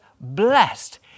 blessed